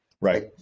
right